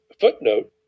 footnote